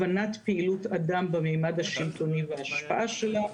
הבנת פעילות אדם בממד השלטוני וההשפעה שלה,